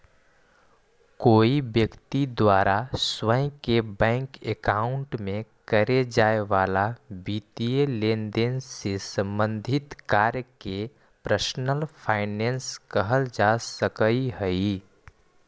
कोई व्यक्ति द्वारा स्वयं के बैंक अकाउंट में करे जाए वाला वित्तीय लेनदेन से संबंधित कार्य के पर्सनल फाइनेंस कहल जा सकऽ हइ